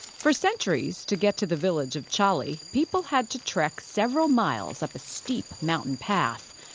for centuries, to get to the village of chali, people had to trek several miles up a steep mountain path.